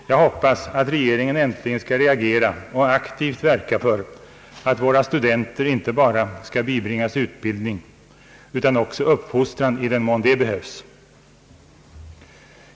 Jag hoppas att regeringen äntligen skall reagera och aktivt verka för att våra studenter inte bara skall bibringas utbildning utan också uppfostran i den mån det behövs.